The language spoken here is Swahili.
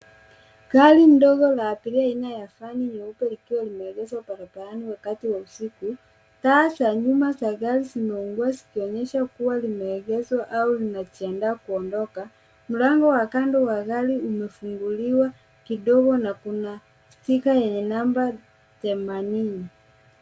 Gari ndogo la abiria aina ya vani nyeupe likiwa limeegezwa barabarani wakati wa usiku. Taa za nyuma za gari zimeungua zikionyesha kuwa limeegezwa au linajiandaa kuondoka. Mlango wa kando wa gari umefunguliwa kidogo na kuna sticker yenye namba themanini.